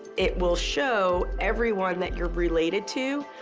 it will show everyone that you're related to,